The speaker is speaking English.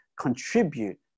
contribute